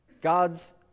God's